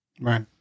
Right